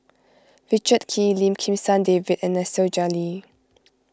Richard Kee Lim Kim San David and Nasir Jalil